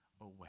away